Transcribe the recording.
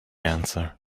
answer